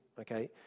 okay